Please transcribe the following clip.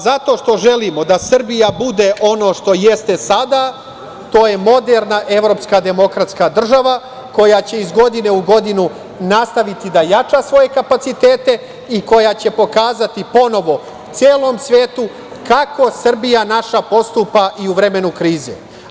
Zato što želimo da Srbija bude ono što jeste sada, to je moderna evropska demokratska država koja će iz godine u godinu nastaviti da jača svoje kapacitete i koja će pokazati ponovo celom svetu kako Srbija naša postupa i u vremenu krize.